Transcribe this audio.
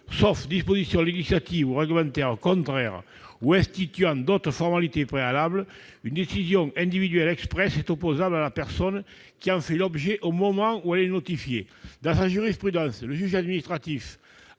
sauf dispositions législatives ou réglementaires contraires ou instituant d'autres formalités préalables, une décision individuelle expresse est opposable à la personne qui en fait l'objet au moment où elle est notifiée ». Dans sa jurisprudence, le juge administratif